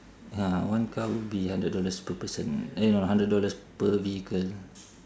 ya one car will be hundred dollars per person eh no hundred dollars per vehicle